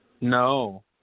No